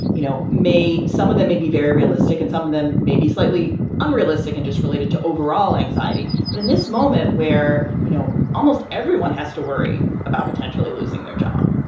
you know, may. some of them may be very realistic and some of them may be slightly unrealistic and just related to overall anxiety. but in this moment where, you know, almost everyone has to worry about potentially losing their job,